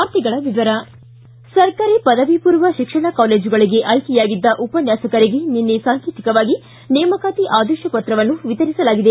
ವಾರ್ತೆಗಳ ವಿವರ ಸರ್ಕಾರಿ ಪದವಿ ಪೂರ್ವ ಶಿಕ್ಷಣ ಕಾಲೇಜುಗಳಿಗೆ ಆಯ್ಕೆಯಾಗಿದ್ದ ಉಪನ್ನಾಸಕರಿಗೆ ನಿನ್ನೆ ಸಾಂಕೇತಿಕವಾಗಿ ನೇಮಕಾತಿ ಆದೇಶ ಪ್ರತ್ರವನ್ನು ವಿತರಿಸಲಾಗಿದೆ